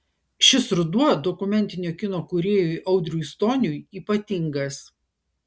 šis ruduo dokumentinio kino kūrėjui audriui stoniui ypatingas